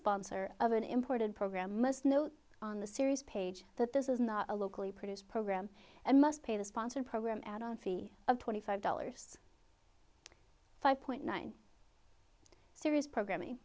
sponsor of an imported program must know on the series page that this is not a locally produced program and must pay the sponsored program add on fee of twenty five dollars five point nine series programming